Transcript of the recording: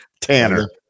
Tanner